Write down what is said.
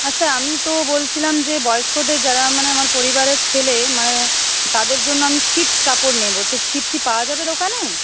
আচ্ছা আমি তো বলছিলাম যে বয়স্কদের যারা মানে আমার পরিবারের ছেলে মানে তাদের জন্য আমি ছিট কাপড় নেব তো ছিট কি পাওয়া যাবে দোকানে